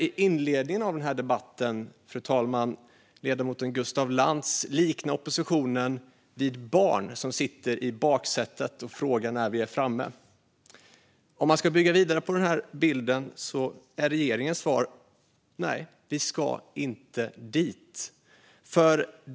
I inledningen av denna debatt hörde vi ledamoten Gustaf Lantz likna oppositionen vid barn som sitter i baksätet och frågar: När är vi framme? Om jag ska bygga vidare på denna bild är regeringens svar: Nej, vi ska inte dit.